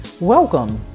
Welcome